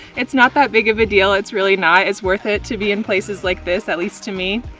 it's not that big of a deal. it's really not. it's worth it to be in places like this, at least to me.